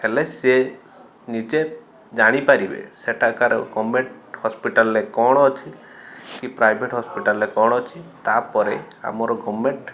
ହେଲେ ସିଏ ନିଜେ ଜାଣି ପାରିବେ ସେଠାକାର ଗଭର୍ଣ୍ଣମେଣ୍ଟ ହସ୍ପିଟାଲରେ କ'ଣ ଅଛି କି ପ୍ରାଇଭେଟ ହସ୍ପିଟାଲରେ କ'ଣ ଅଛି ତା ପରେ ଆମର ଗଭର୍ଣ୍ଣମେଣ୍ଟ